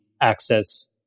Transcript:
access